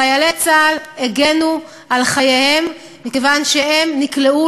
חיילי צה"ל הגנו על חייהם מכיוון שהם נקלעו